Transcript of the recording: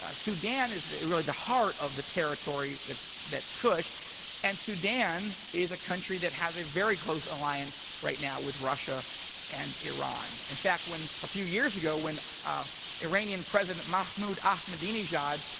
ah sudan is really the heart of the territory that's that's cush and sudan is a country that has a very close alliance right now with russia and iran. in fact, when a few years ago, when ah iranian president, mahmoud ahmadinejad,